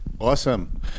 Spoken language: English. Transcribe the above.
Awesome